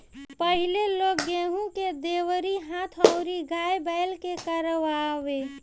पहिले लोग गेंहू के दवरी हाथ अउरी गाय बैल से करवावे